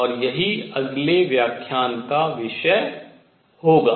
और यही अगले व्याख्यान का विषय होगा